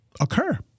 occur